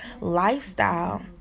lifestyle